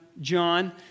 John